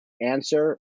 answer